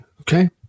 Okay